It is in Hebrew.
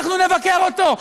אנחנו נבקר אותו.